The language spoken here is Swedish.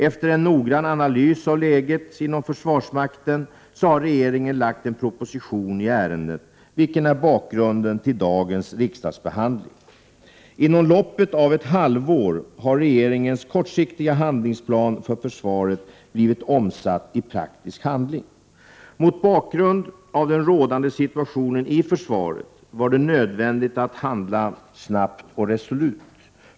Efter en noggrann analys av läget inom försvarsmakten har regeringen lagt en proposition i ärendet, vilket är bakgrunden till dagens riksdagsbehandling. Inom loppet av ett halvår har regeringens kortsiktiga handlingsplan för försvaret blivit omsatt i praktisk handling. Mot bakgrund av den rådande situationen i försvaret var det nödvändigt att handla snabbt och resolut.